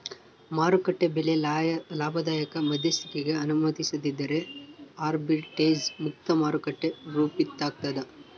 ಮಾರುಕಟ್ಟೆ ಬೆಲೆ ಲಾಭದಾಯಕ ಮಧ್ಯಸ್ಥಿಕಿಗೆ ಅನುಮತಿಸದಿದ್ದರೆ ಆರ್ಬಿಟ್ರೇಜ್ ಮುಕ್ತ ಮಾರುಕಟ್ಟೆ ರೂಪಿತಾಗ್ತದ